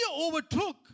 overtook